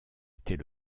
était